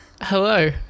Hello